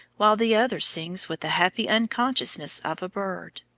while the other sings with the happy unconsciousness of a bird.